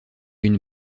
une